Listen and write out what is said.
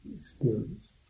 experience